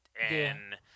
And-